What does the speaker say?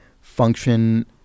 function